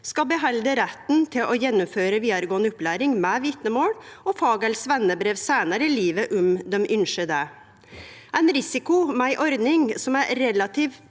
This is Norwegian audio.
skal behalde retten til å gjennomføre vidaregåande opplæring med vitnemål og fag- eller sveinebrev seinare i livet om dei ynskjer det. Ein risiko med ei ordning som er relativt